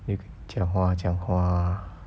maybe 讲话讲话